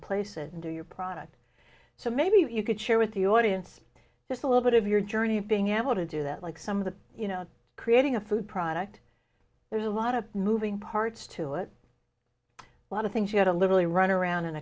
place it into your product so maybe you could share with the audience just a little bit of your journey of being able to do that like some of the you know creating a food product there's a lot of moving parts to it a lot of things you had a literally run around and